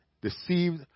deceived